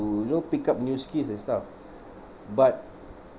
to you know pick up new skills and stuff